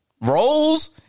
roles